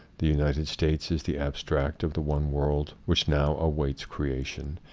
the united states is the abstract of the one world which now awaits creation.